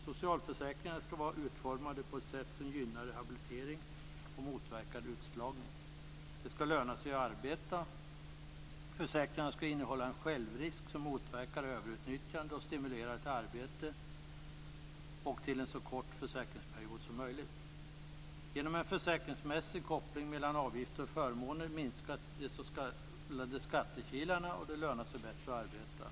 Socialförsäkringarna skall vara utformade på ett sådant sätt att rehabilitering gynnas och utslagning motverkas. Det skall löna sig att arbeta. Försäkringarna skall innehålla en självrisk som motverkar överutnyttjande och som stimulerar till arbete och till en så kort försäkringsperiod som möjligt. Genom en försäkringsmässig koppling mellan avgifter och förmåner minskar de s.k. skattekilarna. Dessutom lönar det sig bättre att arbeta.